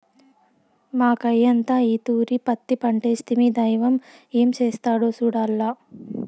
మాకయ్యంతా ఈ తూరి పత్తి పంటేస్తిమి, దైవం ఏం చేస్తాడో సూడాల్ల